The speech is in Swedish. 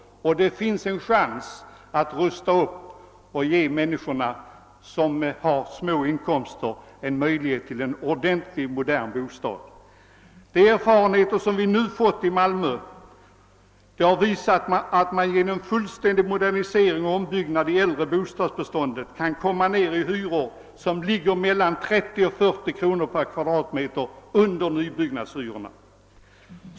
Det finns en chans att rusta upp och att ge de människor som har små inkomster en möjlighet till en ordentlig modern bostad. De erfarenheter vi har i Malmö har visat att man genom modernisering och ombyggnad av det äldre bostadsbeståndet kan komma ned i hyror som ligger 30—40 kronor per m? under nybyggnadshyrorna.